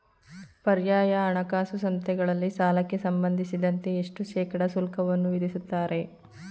ಪರ್ಯಾಯ ಹಣಕಾಸು ಸಂಸ್ಥೆಗಳಲ್ಲಿ ಸಾಲಕ್ಕೆ ಸಂಬಂಧಿಸಿದಂತೆ ಎಷ್ಟು ಶೇಕಡಾ ಶುಲ್ಕವನ್ನು ವಿಧಿಸುತ್ತಾರೆ?